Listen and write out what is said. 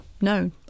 no